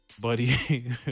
buddy